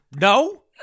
no